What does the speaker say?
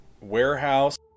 warehouse